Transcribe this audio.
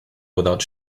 without